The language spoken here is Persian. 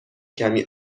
کمی